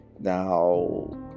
Now